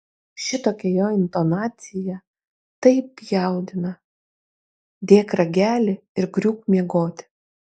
šitokia jo intonacija taip jaudina dėk ragelį ir griūk miegoti